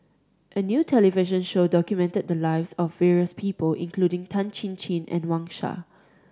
a new television show documented the lives of various people including Tan Chin Chin and Wang Sha